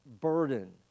burden